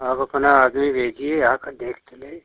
आप अपना आदमी भेजिए आकर देख तो ले